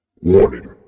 Warning